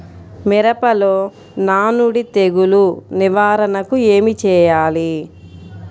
మిరపలో నానుడి తెగులు నివారణకు ఏమి చేయాలి?